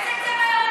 איזה צבע יורד מהפנים?